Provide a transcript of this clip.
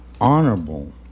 honorable